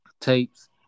tapes